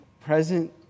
present